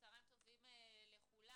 צהריים טובים לכולם.